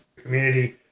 community